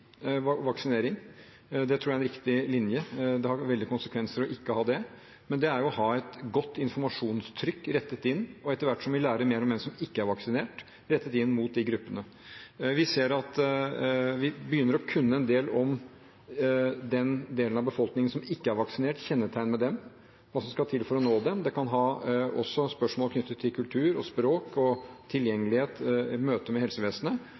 ikke er vaksinert, gjelder det å ha et godt informasjonstrykk rettet mot de gruppene. Vi begynner nå å kunne en del om den delen av befolkningen som ikke er vaksinert, kjennetegn ved dem. Hva som skal til for å nå dem, kan være knyttet til kultur, språk og tilgjengelighet i møte med helsevesenet.